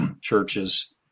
churches